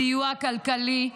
בסיוע כלכלי,